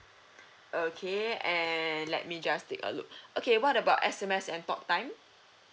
okay and let me just take a look okay what about S_M_S and talk time